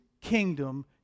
kingdom